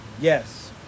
Yes